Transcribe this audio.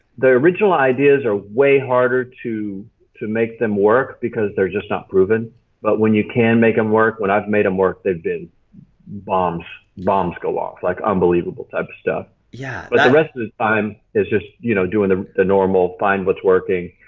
the original ideas are way harder to to make them work because they're just not proven but when you can make them work, when i've made them work they've been bombs, bombs go off, like unbelievable type of stuff. yeah but the rest of the time its just you know doing the the normal find what's working,